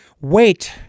wait